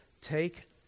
take